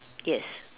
yes